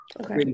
Okay